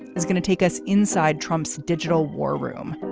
it's going to take us inside trump's digital war room.